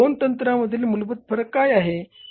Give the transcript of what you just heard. तर दोन तंत्रांमधील मूलभूत फरक काय आहे